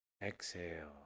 Exhale